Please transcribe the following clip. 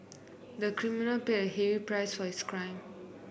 the criminal paid a huge prices crime